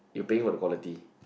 you paying for the quality